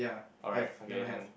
alright okay then